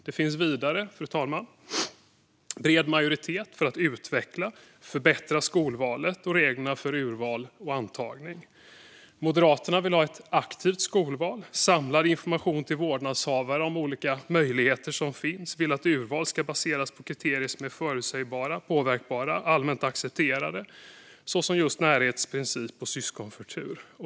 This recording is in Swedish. Det finns vidare, fru talman, en bred majoritet för att utveckla och förbättra skolvalet och reglerna för urval och antagning. Moderaterna vill ha ett aktivt skolval och samlad information till vårdnadshavare om de olika möjligheter som finns. Vi vill att urval ska baseras på kriterier som är förutsägbara, påverkbara och allmänt accepterade, såsom närhetsprincip och syskonförtur.